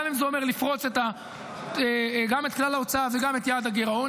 גם אם זה אומר לפרוץ את כלל ההוצאה וגם את יעד הגירעון.